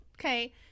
Okay